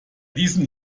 diesen